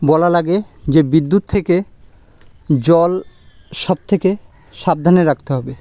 বলা লাগে যে বিদ্যুৎ থেকে জল সব থেকে সাবধানে রাখতে হবে